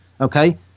okay